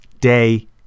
day